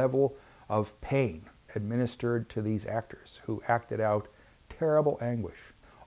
level of pain administered to these actors who acted out terrible anguish